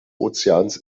ozeans